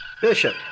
Bishop